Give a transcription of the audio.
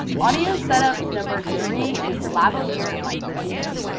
audio setup number three is lavalier microphones.